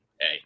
Hey